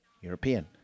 European